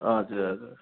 हजुर हजुर